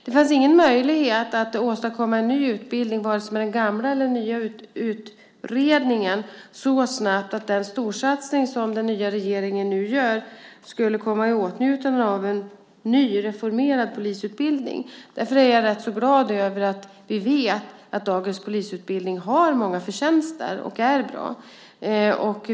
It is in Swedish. Det fanns ingen möjlighet att åstadkomma en ny utbildning genom vare sig den gamla eller den nya utredningen så snabbt att en ny reformerad polisutbildning skulle komma i åtnjutande av den storsatsning som den nya regeringen nu gör. Därför är jag rätt så glad över att dagens polisutbildning har många förtjänster och är bra.